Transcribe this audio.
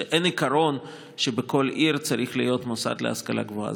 אין עיקרון שבכל עיר צריך להיות מוסד להשכלה גבוהה.